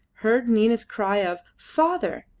heard nina's cry of father!